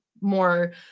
more